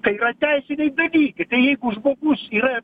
tai yra teisiniai dalykai tai jeigu žmogus yra